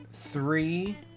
three